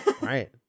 Right